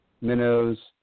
minnows